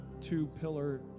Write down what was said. two-pillar